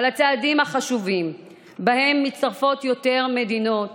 על הצעדים החשובים שבהם מצטרפות יותר מדינות